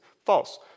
False